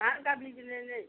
धान का बीज ले लें